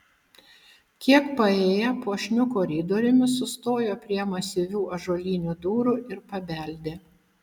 kiek paėję puošniu koridoriumi sustojo prie masyvių ąžuolinių durų ir pabeldė